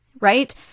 right